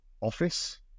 office